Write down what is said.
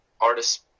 artists